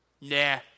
Nah